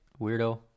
weirdo